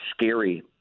scary